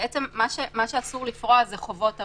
מה שאסור לפרוע זה חובות עבר.